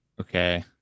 Okay